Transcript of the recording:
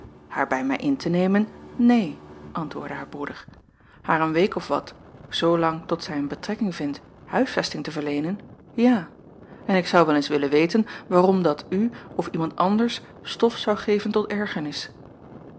bij mij in te nemen neen antwoordde haar broeder haar een week of wat zoolang tot zij een betrekking vindt huisvesting te verleenen ja en ik zou wel eens willen weten waarom dat u of iemand anders stof zou geven tot ergernis